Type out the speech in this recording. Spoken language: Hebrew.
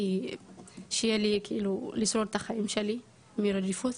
כדי שאני אוכל לשרוד את החיים שלי מרדיפות,